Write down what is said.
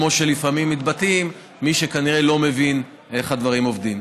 כמו שלפעמים מתבטאים מי שכנראה לא מבין איך הדברים עובדים.